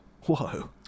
Whoa